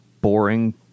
boring